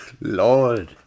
Lord